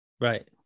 Right